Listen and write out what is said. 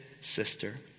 sister